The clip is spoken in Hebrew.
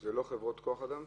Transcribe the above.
זה לא חברות כוח-אדם?